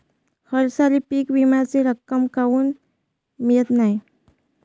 हरसाली पीक विम्याची रक्कम काऊन मियत नाई?